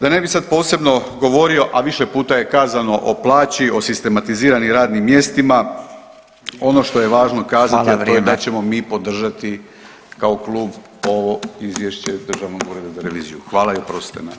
Da ne bi sad posebno govorio, a više puta je kazano o plaći, o sistematiziranim radnim mjestima, ono što je važno kazati [[Upadica: Hvala, vrijeme]] a to je da ćemo mi podržati kao klub ovo izvješće državnog ureda za reviziju, hvala i oprostite.